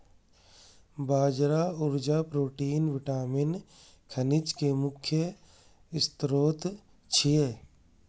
बाजरा ऊर्जा, protein, vitamin, खनिज के मुख्य स्रोत छियै